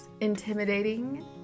intimidating